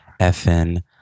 FN